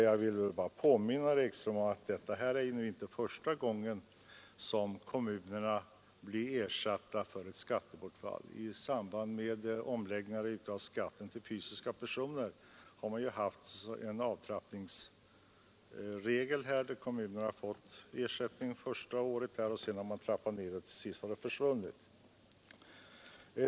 Jag vill bara påminna herr Ekström om att detta inte är första gången som kommunerna ersätts för ett skattebortfall. I samband med omläggning av skatten för fysiska personer har man ju haft en avtrappningsregel. Kommunerna har fått ersättning första året, sedan har man trappat ned den och till sist har den försvunnit.